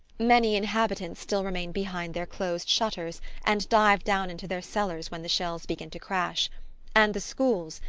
many inhabitants still remain behind their closed shutters and dive down into their cellars when the shells begin to crash and the schools,